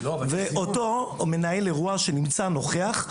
ומנהל האירוע שנמצא ונוכח,